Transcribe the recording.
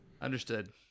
Understood